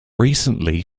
recently